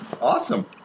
awesome